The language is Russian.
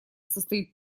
состоит